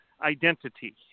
identity